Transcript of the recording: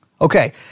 Okay